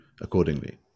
accordingly